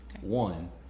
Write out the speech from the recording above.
One